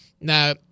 Now